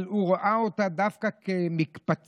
אבל הוא ראה אותה דווקא כמקפצה,